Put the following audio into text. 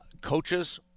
Coaches